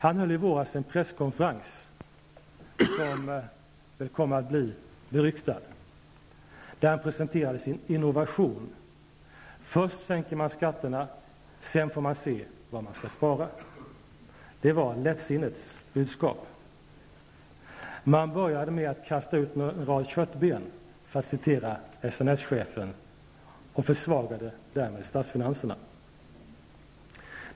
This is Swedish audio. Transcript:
Han höll i våras en presskonferens, som väl kommer att bli beryktad, där han presenterade sin innovation: Först sänker man skatterna, sedan får man se var man skall spara. Det var lättsinnets budskap. Man började med att kasta ut en rad köttben, för att citera SNS-chefen, och försvagade därmed statsfinanserna.